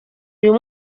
uyu